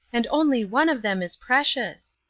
and only one of them is precious.